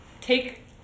Take